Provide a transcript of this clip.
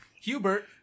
Hubert